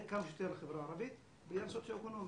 כמה שיותר לחברה הערבית בראייה סוציואקונומית.